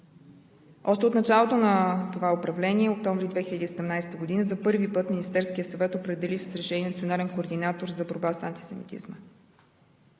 Още от началото на това управление, през месец октомври 2017 г. за първи път Министерският съвет определи с решение национален координатор за борба с антисемитизма.